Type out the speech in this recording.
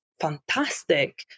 fantastic